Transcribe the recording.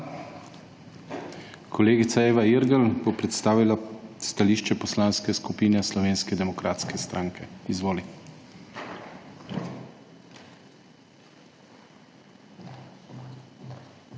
Kolegica Eva Irgl bo predstavila stališče Poslanske skupine Slovenske demokratske stranke. Izvoli.